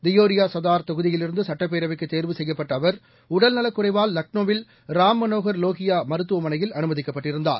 தியோரியாசதார் தொகுதியிலிருந்துசட்டப்பேரவைக்குதேர்வு செப்யப்பட்டஅவர் உடல்நலக் குறைவால் லக்னோவில் ராம்மனோகர் லோகியாமருத்துவமனையில் அனுமதிக்கப்பட்டிருந்தார்